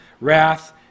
wrath